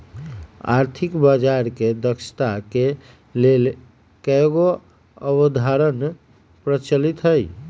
आर्थिक बजार के दक्षता के लेल कयगो अवधारणा प्रचलित हइ